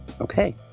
Okay